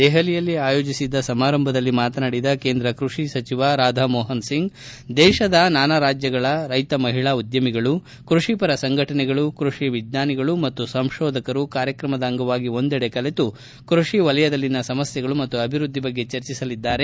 ದೆಹಲಿಯಲ್ಲಿ ಆಯೋಜಿಸಿದ್ದ ಸಮಾರಂಭದಲ್ಲಿ ಮಾತನಾಡಿದ ಕೇಂದ್ರ ಕೃಷಿ ಸಚಿವ ರಾಧಮೋಹನ್ ಸಿಂಗ್ ದೇಶದ ನಾನಾ ರಾಜ್ಯಗಳ ರೈತ ಮಹಿಳಾ ಉದ್ಯಮಿಗಳು ಕೃಷಿಪರ ಸಂಘಟನೆಗಳು ಕೃಷಿ ವಿಜ್ಞಾನಿಗಳು ಮತ್ತು ಸಂಶೋಧಕರು ಕಾರ್ಯಕ್ರಮದ ಅಂಗವಾಗಿ ಒಂದೆಡೆ ಕಲೆತು ಕೃಷಿ ಕ್ಷೇತ್ರದಲ್ಲಿನ ಸಮಸ್ಥೆಗಳು ಮತ್ತು ಅಭಿವೃದ್ಧಿ ಬಗ್ಗೆ ಚರ್ಚಿಸಲಿದ್ದಾರೆ